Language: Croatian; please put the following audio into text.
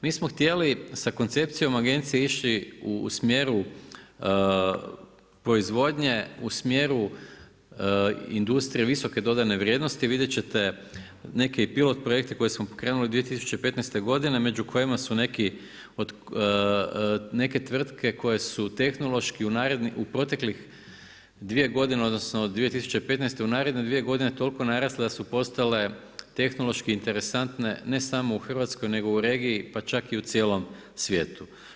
Mi smo htjeli sa koncepcijom agencije išli u smjeru proizvodnje, u smjeru industrije visoke dodane vrijednosti, vidjet ćete neke i pilot projekte koje smo pokrenuli 2015. godine, među kojima su neke tvrtke koje su tehnološki u proteklih dvije godine, odnosno u 2015. u naredne dvije godine toliko narasle da su postale tehnološki interesantne, ne samo u Hrvatskoj nego u regiji, pa ćak i cijelom svijetu.